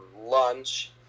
lunch